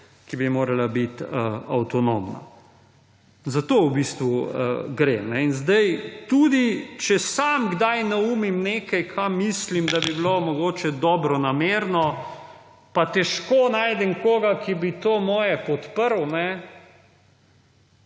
ki bi morala biti avtonomna. Za to v bistvu gre. In zdaj, tudi če sam kdaj naumim nekaj, kar mislim, da bi bilo mogoče dobronamerno, pa težko najdem koga, ki bi to moje podprl,